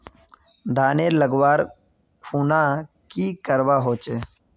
धानेर लगवार खुना की करवा होचे?